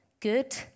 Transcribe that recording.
good